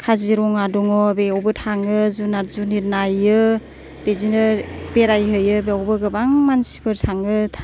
काजिरङा दङ बेवबो थाङो जुनात जुनित नाइयो बिदिनो बेरायहैयो बेवबो गोबां मानसिफोर थाङो